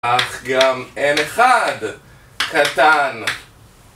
אך גם אין אחד קטן